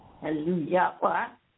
Hallelujah